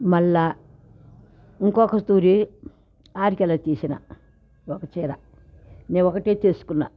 మళ్ళా ఇంకొక సారి వాడికెళ్ళ తీసిన ఒక చీర నేను ఒకటి తీసుకున్న